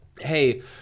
hey